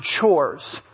chores